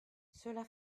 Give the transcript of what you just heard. cela